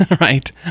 right